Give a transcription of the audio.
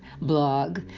blog